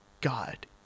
god